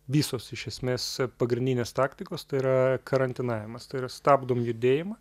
visos iš esmės pagrindinės taktikos tai yra karantinavimas tai yra stabdom judėjimą